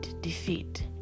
defeat